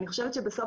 אני חושבת שבסוף,